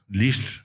least